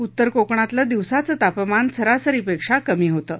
उत्तर कोकणातलं दिवसाचं तापमान सरासरीपद्धत कमी होतं